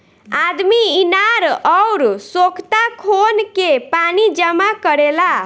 आदमी इनार अउर सोख्ता खोन के पानी जमा करेला